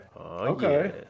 Okay